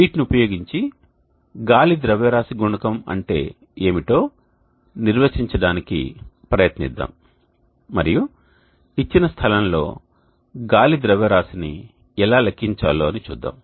వీటిని ఉపయోగించి గాలి ద్రవ్యరాశి గుణకం అంటే ఏమిటో నిర్వచించడానికి ప్రయత్నిద్దాం మరియు ఇచ్చిన స్థలం లో గాలి ద్రవ్యరాశిని ఎలా లెక్కించాలో అని చూద్దాం